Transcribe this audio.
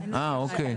אה, אוקיי.